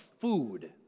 food